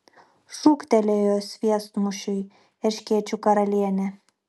šūktelėjo sviestmušiui erškėčių karalienė